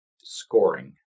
Scoring